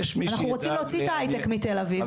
אנחנו רוצים להוציא את ההיי טק מתל אביב.